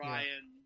Ryan